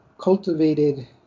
cultivated